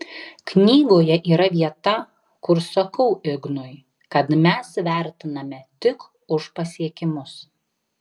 knygoje yra vieta kur sakau ignui kad mes vertinami tik už pasiekimus